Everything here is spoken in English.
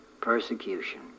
persecution